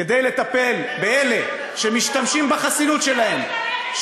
כדי לטפל באלה שמשתמשים בחסינות שלהם,